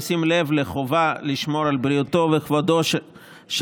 בשים לב לחובה לשמור על בריאותו וכבודו של